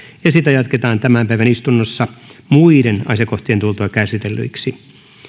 ja sitä jatketaan tämän päivän istunnossa muiden asiakohtien tultua käsitellyiksi